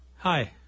Hi